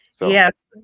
Yes